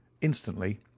Instantly